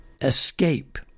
escape